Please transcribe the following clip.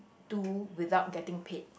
to without getting paid